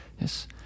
Yes